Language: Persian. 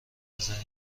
بزنین